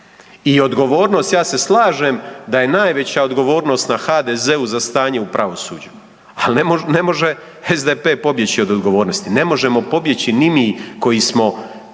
I odgovornost, ja se slažem da je najveća odgovornost na HDZ-u za stanje u pravosuđu, ali ne može SDP pobjeći od odgovornosti. Ne možemo pobjeći ni mi koji smo